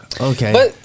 okay